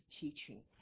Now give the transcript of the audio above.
teaching